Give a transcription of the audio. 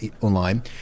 online